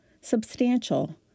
substantial